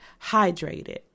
hydrated